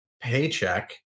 paycheck